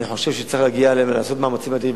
אני חושב שצריך להגיע אליהם ולעשות מאמצים אדירים,